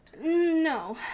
No